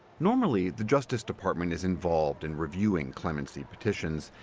normally, the justice department is involved in reviewing clemency petitions,